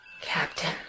Captain